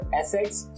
assets